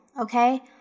okay